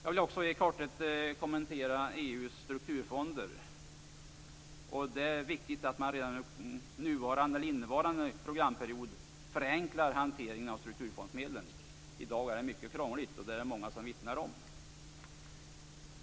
Jag vill också i korthet kommentera EU:s strukturfonder. Det är viktigt att man redan under innevarande programperiod förenklar hanteringen av strukturfondsmedlen. I dag är den mycket krånglig, och det är det många som vittnar om.